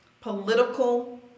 political